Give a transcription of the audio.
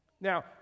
Now